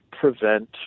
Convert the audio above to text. prevent